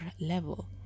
level